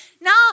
Now